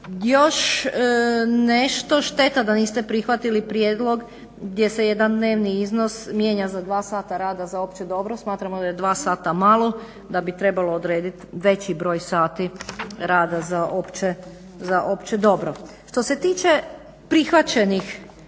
Još nešto, šteta što niste prihvatili prijedlog gdje se jedan dnevni iznos mijenja za dva sata rada za opće dobro. Smatramo da je dva sata malo da bi trebalo odrediti veći broj sati rada za opće dobro. Što se tiče prihvaćenih